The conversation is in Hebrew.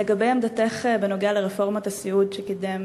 לגבי עמדתך בנוגע לרפורמת הסיעוד שקידם